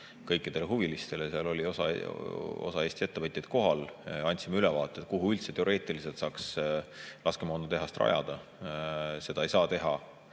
kõikidele huvilistele. Seal oli osa Eesti ettevõtjaid kohal. Andsime ülevaate, kuhu üldse teoreetiliselt saaks laskemoonatehast rajada. Seda ei saa teha